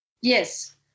Yes